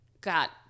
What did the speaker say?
got